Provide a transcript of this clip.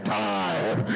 time